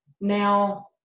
now